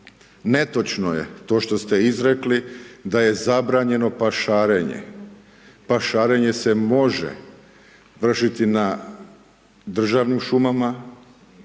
Netočno je to što ste izrekli da je zabranjeno pašarenje, pašarenje se može vršiti na državnim šumama